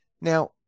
Now